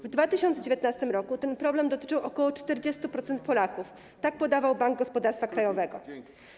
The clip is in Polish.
W 2019 r. ten problem dotyczył ok. 40% Polaków - tak podawał Bank Gospodarstwa Krajowego.